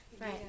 Right